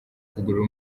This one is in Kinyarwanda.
kugurira